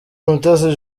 mutesi